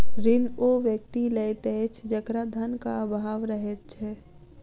ऋण ओ व्यक्ति लैत अछि जकरा धनक आभाव रहैत छै